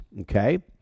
okay